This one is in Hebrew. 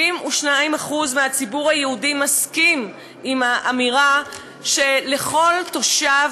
72% מהציבור היהודי מסכימים לאמירה שלכל תושב